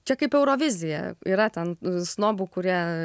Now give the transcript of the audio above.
čia kaip eurovizija yra ten snobų kurie